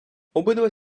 обидва